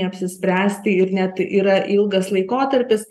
apsispręsti ir net yra ilgas laikotarpis